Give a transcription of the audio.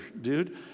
dude